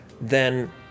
then-